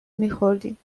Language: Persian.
میخوردیم